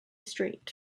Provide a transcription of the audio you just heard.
straight